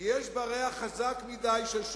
כי יש בה ריח חזק של שמרנות,